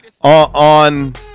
on